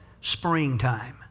springtime